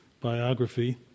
biography